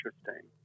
interesting